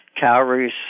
calories